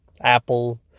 Apple